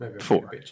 Four